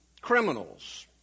criminals